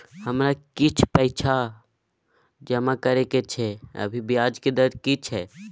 हमरा किछ पैसा जमा करबा के छै, अभी ब्याज के दर की छै?